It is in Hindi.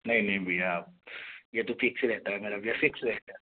नहीं नहीं भैया आप ये तो फिक्स रहता है मेरा भैया फिक्स रहता है